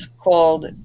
called